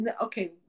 Okay